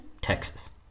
Texas